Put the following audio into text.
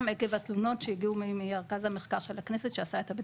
עקב התלונות שהגיעו ממרכז המחקר של הכנסת שעשה את הבדיקה.